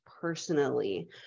personally